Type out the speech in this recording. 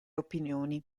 opinioni